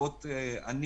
לרבות אני,